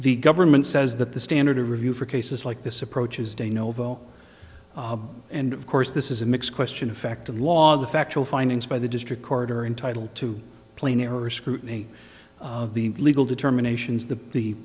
the government says that the standard of review for cases like this approach is de novo and of course this is a mix question of fact of law the factual findings by the district court are entitle to plain error scrutiny of the legal determinations the the